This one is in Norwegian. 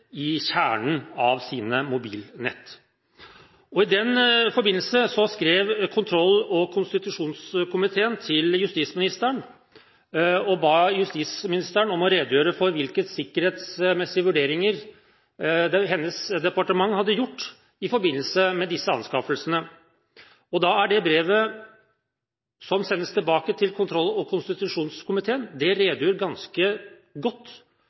kjernen av sine mobilnett. I den forbindelse skrev kontroll- og konstitusjonskomiteen til justisministeren og ba henne redegjøre for hvilke sikkerhetsmessige vurderinger hennes departement hadde gjort i forbindelse med disse anskaffelsene. Det brevet som sendes tilbake til kontroll- og konstitusjonskomiteen, redegjør ganske godt